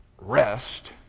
rest